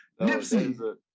Nipsey